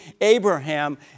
Abraham